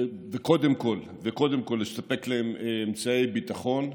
וקודם כול, קודם כול לספק להם אמצעי ביטחון.